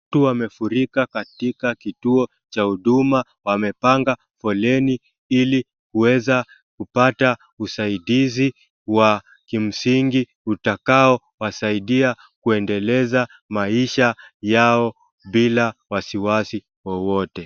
Watu wamefurika katika kituo cha Huduma, wamepanga foleni ili kuweza kupata usaidizi wa kimsingi utakao wasaidia kuendeleza maisha yao bila wasiwasi wowote.